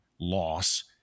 loss